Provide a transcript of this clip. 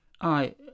I